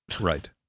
right